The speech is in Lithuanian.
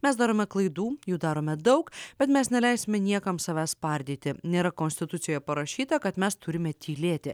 mes darome klaidų jų darome daug bet mes neleisime niekam savęs spardyti nėra konstitucijoje parašyta kad mes turime tylėti